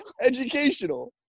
educational